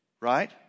Right